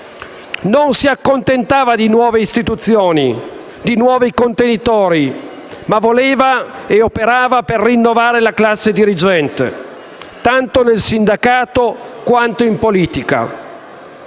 Non si accontentava di nuove istituzioni e nuovi contenitori, ma voleva e operava per rinnovare la classe dirigente, tanto nel sindacato quanto in politica.